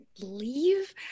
leave